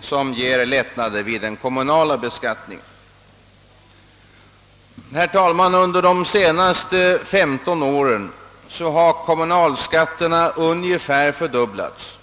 som ger lättnader vid den kommunala beskattningen. Herr talman! Under de senaste femton åren har kommunalskatten ungefär fördubblats.